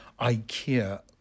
Ikea